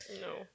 no